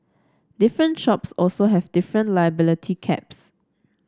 different shops also have different liability caps